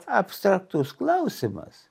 abstraktus klausimas